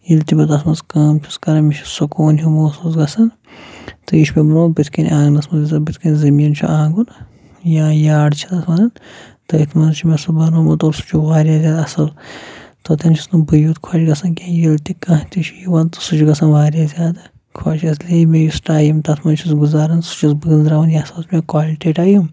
ییٚلہِ تہِ بہٕ تَتھ منٛز کٲم چھُس کران مےٚ چھُ سکوٗن ہِیو موحسوٗس گَژھَان تہٕ یہِ چھُ مےٚ برٛونٛہہ بٕتھۍ کَنۍ آنٛگنَس منٛز بٕتھۍ کَنۍ زٔمیٖن چھُ آنٛگُن یا یاڈ چھِ اَتھ وَنان تٔتھۍ منٛز چھُ مےٚ سُہ بَنومُت اور سُہ چھُ واریاہ زیادٕ اَصٕل تَتیٚن چھُس نہٕ بٕے یوت خۄش گَژھَان کینٛہہ ییٚلہِ تہِ کانٛہہ تہِ چھُ یِوان تہٕ سُہ چھُ گَژھَان واریاہ زیادٕ خۄش اَصلی مےٚ یُس ٹایِم تَتھ منٛز چھُس گُزارَان سُہ چھُس بہٕ گٕنٛزراوَان یہِ ہسا اوس مےٚ کالٹی ٹایِم